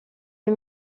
les